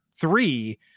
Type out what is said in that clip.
three